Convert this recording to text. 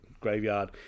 Graveyard